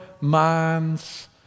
minds